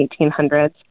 1800s